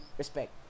respect